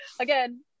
again